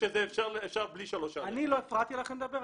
שאפשר בלי 3א. אני לא הפרעתי לכם לדבר,